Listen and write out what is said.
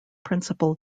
principal